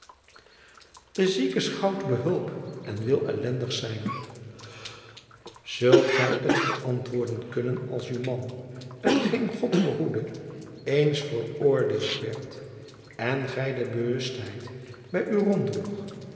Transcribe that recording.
de ziecke schouwt behulp en wil ellendigh zijn zult gy het verantwoorden kunnen als uw man t jacob van lennep elizabeth musch geen god verhoede eens veroordeeld wierd en gy de bewustheid by u